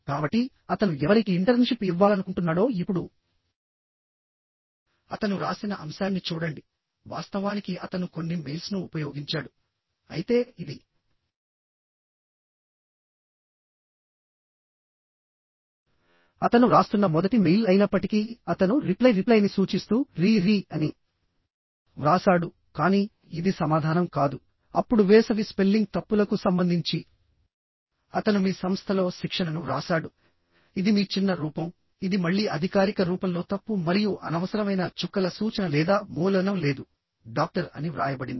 కాబట్టి అతను ఎవరికి ఇంటర్న్షిప్ ఇవ్వాలనుకుంటున్నాడో ఇప్పుడు అతను వ్రాసిన అంశాన్ని చూడండి వాస్తవానికి అతను కొన్ని మెయిల్స్ను ఉపయోగించాడు అయితే ఇది అతను వ్రాస్తున్న మొదటి మెయిల్ అయినప్పటికీ అతను రిప్లై రిప్లైని సూచిస్తూ రీ రీ అని వ్రాసాడు కానీ ఇది సమాధానం కాదు అప్పుడు వేసవి స్పెల్లింగ్ తప్పులకు సంబంధించి అతను మీ సంస్థలో శిక్షణను వ్రాసాడు ఇది మీ చిన్న రూపం ఇది మళ్ళీ అధికారిక రూపంలో తప్పు మరియు అనవసరమైన చుక్కల సూచన లేదా మూలధనం లేదు డాక్టర్ అని వ్రాయబడింది